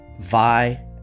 Vi